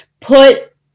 put